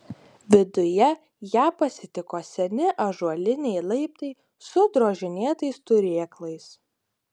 viduje ją pasitiko seni ąžuoliniai laiptai su drožinėtais turėklais